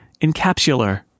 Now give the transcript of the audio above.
encapsular